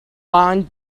bond